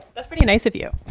that's pretty nice of you